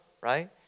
right